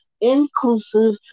inclusive